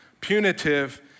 punitive